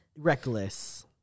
reckless